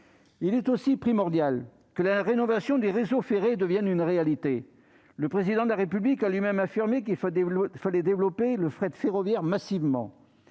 Il est également primordial que la rénovation du réseau ferré devienne une réalité. Le Président de la République a lui-même affirmé qu'il fallait développer massivement